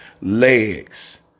legs